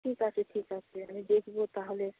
ঠিক আছে ঠিক আছে আমি দেখব তাহলে